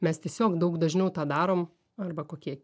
mes tiesiog daug dažniau tą darom arba kokie